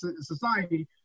society